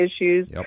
issues